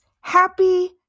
happy